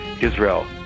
Israel